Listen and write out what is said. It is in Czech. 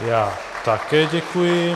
Já také děkuji.